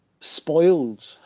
spoiled